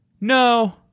no